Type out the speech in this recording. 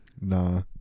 Nah